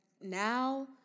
now